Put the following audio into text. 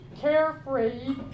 care-free